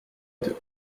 deux